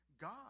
God